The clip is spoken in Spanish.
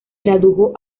tradujo